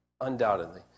undoubtedly